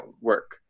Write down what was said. work